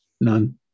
none